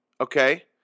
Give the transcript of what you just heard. Okay